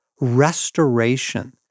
restoration